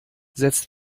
setzte